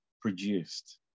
produced